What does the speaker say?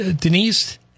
Denise